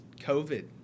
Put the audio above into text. COVID